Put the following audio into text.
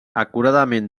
acuradament